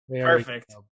Perfect